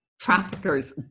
Traffickers